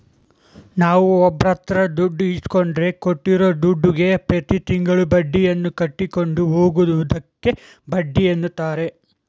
ನಾವುಒಬ್ಬರಹತ್ರದುಡ್ಡು ಇಸ್ಕೊಂಡ್ರೆ ಕೊಟ್ಟಿರೂದುಡ್ಡುಗೆ ಪ್ರತಿತಿಂಗಳು ಬಡ್ಡಿಯನ್ನುಕಟ್ಟಿಕೊಂಡು ಹೋಗುವುದಕ್ಕೆ ಬಡ್ಡಿಎನ್ನುತಾರೆ